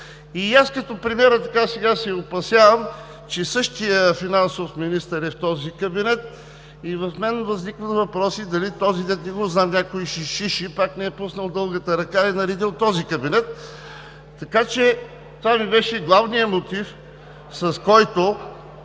И аз като премиера сега се опасявам, че същият финансов министър е в този кабинет, и в мен възникват въпроси дали този, който не го знам – някой си Шиши, пак не е пуснал дългата ръка и наредил този кабинет. Така че това ми беше главният мотив, с който